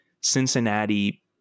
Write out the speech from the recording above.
Cincinnati